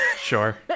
sure